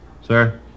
Sir